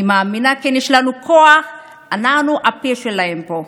אני מאמינה שיש לנו כוח, אנחנו הפה שלהם פה.